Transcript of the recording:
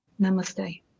namaste